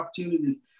opportunity